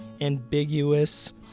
ambiguous